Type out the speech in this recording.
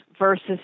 versus